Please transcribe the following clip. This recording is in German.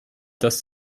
dass